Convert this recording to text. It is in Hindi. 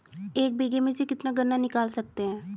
एक बीघे में से कितना गन्ना निकाल सकते हैं?